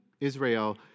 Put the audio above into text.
Israel